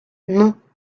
non